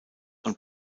und